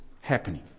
happening